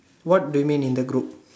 what do you mean in the group